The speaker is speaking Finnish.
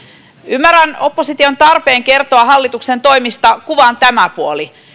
ymmärrän opposition tarpeen kertoa hallituksen toimista kuvan tämä puoli